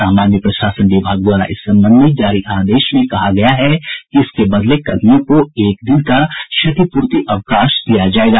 सामान्य प्रशासन विभाग द्वारा इस संबंध में जारी आदेश में कहा गया है कि इसके बदले कर्मियों को एक दिन का क्षतिपूर्ति अवकाश दिया जायेगा